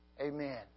Amen